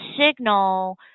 signal